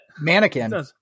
Mannequin